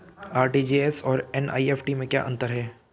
RTGS और NEFT में क्या अंतर है?